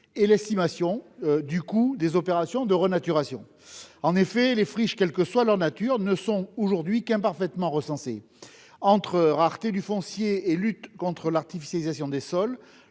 et l'estimation du coût des opérations de renaturation. En effet, indépendamment de leur nature, les friches ne sont aujourd'hui qu'imparfaitement recensées. Entre rareté du foncier et lutte contre l'artificialisation des sols,